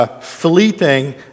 fleeting